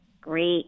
Great